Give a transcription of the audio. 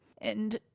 and-